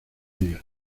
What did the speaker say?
días